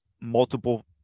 multiple